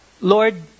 Lord